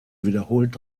wiederholt